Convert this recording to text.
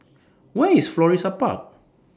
Where IS Florissa Park